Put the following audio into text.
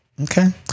Okay